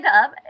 up